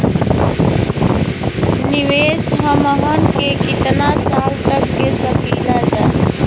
निवेश हमहन के कितना साल तक के सकीलाजा?